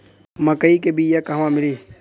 मक्कई के बिया क़हवा मिली?